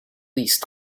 least